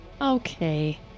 Okay